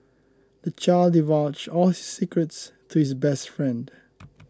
the child divulged all his secrets to his best friend